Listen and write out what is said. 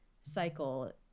cycle